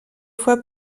fois